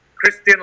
Christian